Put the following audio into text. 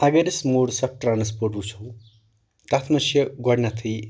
اگر أسۍ modes of transport وٕچھو تتھ منٛز چھِ گۄڈٕنٮ۪تھٕے